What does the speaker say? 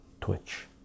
twitch